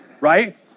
right